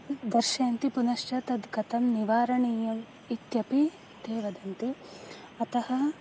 दर्शयन्ति पुनश्च तद् कथं निवारणीयम् इत्यपि ते वदन्ति अतः